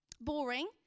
Boring